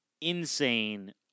insane